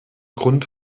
grund